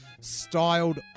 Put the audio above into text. styled